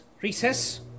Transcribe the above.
recess